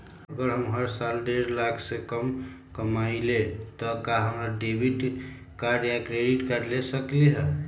अगर हम हर साल डेढ़ लाख से कम कमावईले त का हम डेबिट कार्ड या क्रेडिट कार्ड ले सकली ह?